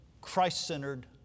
Christ-centered